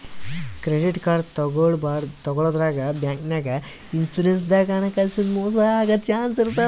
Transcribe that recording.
credit card ತಗೋಳಾದ್ರಾಗ್, ಬ್ಯಾಂಕ್ನಾಗ್, insurance ದಾಗ್ ಹಣಕಾಸಿನ್ ಮೋಸ್ ಆಗದ್ ಚಾನ್ಸ್ ಇರ್ತದ್